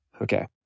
Okay